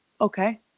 okay